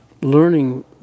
Learning